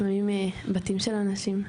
לפעמים בבתים של אנשים.